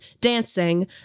dancing